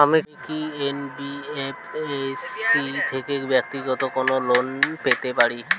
আমি কি এন.বি.এফ.এস.সি থেকে ব্যাক্তিগত কোনো লোন পেতে পারি?